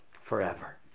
forever